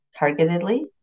targetedly